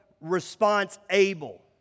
response-able